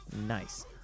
nice